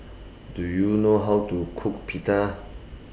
Do YOU know How to Cook Pita